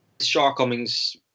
shortcomings